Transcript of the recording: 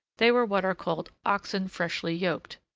they were what are called oxen freshly yoked.